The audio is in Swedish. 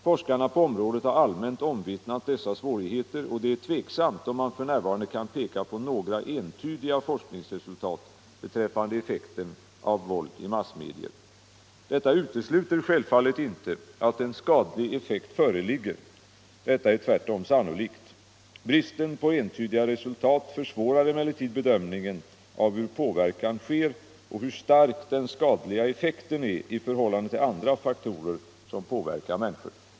Forskarna på området har allmänt omvittnat dessa svårigheter, och det är tvivelaktigt om man f. n. kan peka på några entydiga forskningsresultat beträffande effekten av våld i massmedier. Detta utesluter självfallet inte att en skadlig effekt föreligger — detta är tvärtom sannolikt. Bristen på entydiga resultat försvårar emellertid bedömningen av hur påverkan sker och hur stark den skadliga effekten är i förhållande till andra faktorer som påverkar människor.